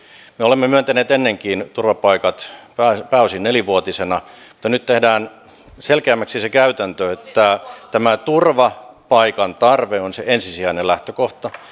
me olemme myöntäneet ennenkin turvapaikat pääosin pääosin nelivuotisina mutta nyt tehdään selkeämmäksi se käytäntö että tämä turvapaikan tarve on se ensisijainen lähtökohta